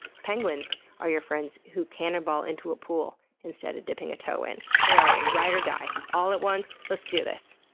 penguins are your friends who cannonball into a pool instead of dipping a toe in. they are ride or die, all at once. let's do this.